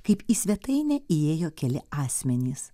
kaip į svetainę įėjo keli asmenys